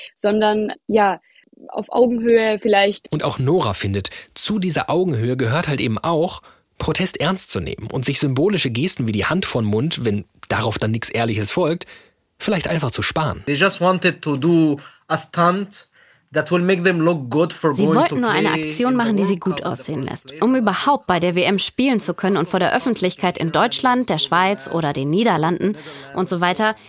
sondern, ja, auf Augenhöhe vielleicht. Und auch Nora findet, zu dieser Augenhöhe gehört halt eben auch, Protest ernst zu nehmen und sich symbolische Gesten wie die Hand vor den Mund, wenn darauf dann nichts Ehrliches folgt, vielleicht einfach zu sparen. They just wanted to do a stunt that will make them look good for Sie going to wollten nur eine play Aktion in the machen, die sie World gut Cup. aussehen lässt, um überhaupt bei der WM spielen zu können und vor der Öffentlichkeit in Deutschland, der Schweiz oder den Niederlanden und so weiter,